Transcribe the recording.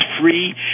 free